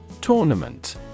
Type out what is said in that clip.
tournament